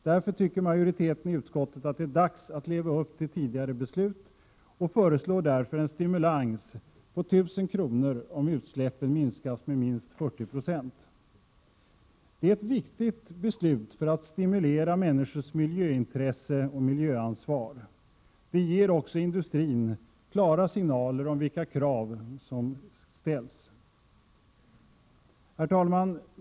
Därför tycker majoriteten i utskottet att det är dags att leva upp till tidigare fattade beslut och föreslår därför en stimulans på 1 000 kr. om utsläppen minskas med minst 40 Zo. Detta är ett viktigt beslut för att stimulera människors miljöintresse och miljöansvar. Det ger också industrin klara signaler om vilka krav som ställs. Herr talman!